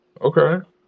okay